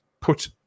put